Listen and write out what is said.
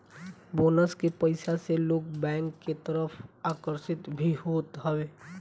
bonus के पईसा से लोग बैंक के तरफ आकर्षित भी होत हवे